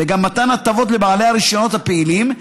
וגם מתן הטבות לבעלי הרישיונות הפעילים,